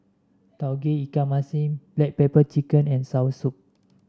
Tauge Ikan Masin Black Pepper Chicken and soursop